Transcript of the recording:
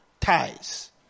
ties